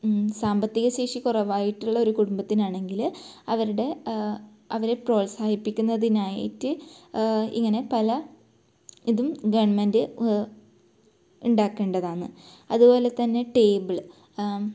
സാമ്പത്തികശേഷി കുറവായിട്ടുള്ള ഒരു കുടുംബത്തിനാണെങ്കിൽ അവരുടെ അവരെ പ്രോത്സാഹിപ്പിക്കുന്നതിനായിട്ട് ഇങ്ങനെ പല ഇതും ഗവൺമെൻറ് ഉണ്ടാക്കേണ്ടതാന്ന് അതുപോലെ തന്നെ ടേബിള്